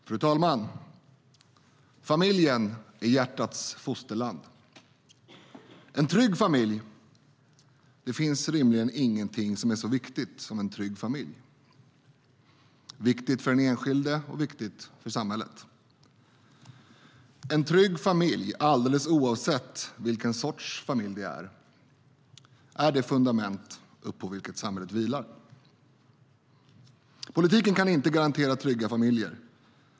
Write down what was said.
Fru talman! Familjen är hjärtats fosterland. Det finns rimligen ingenting som är så viktigt som en trygg familj. Det är viktigt för den enskilde och viktigt för samhället. En trygg familj, alldeles oavsett vilken sorts familj det är, är det fundament uppå vilket samhället vilar. Politiken kan inte garantera trygga familjer.